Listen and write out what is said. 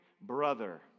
brother